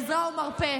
עזרה למרפא,